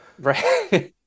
Right